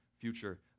future